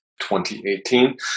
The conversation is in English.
2018